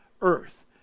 earth